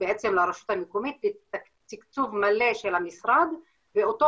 לרשות המקומית בתקצוב מלא של המשרד ואותו